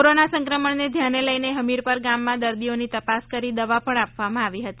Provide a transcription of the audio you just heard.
corona સંક્રમણને ધ્યાને લઇને ફમીરપર ગામમાં દર્દીઓની તપાસ કરી દવા પણ આપવામા આવી હતી